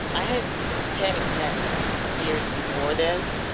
i had panic attacks year before this.